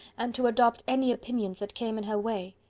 and to adopt any opinions that came in her way.